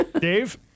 Dave